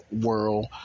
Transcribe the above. world